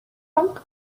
luck